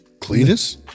Cletus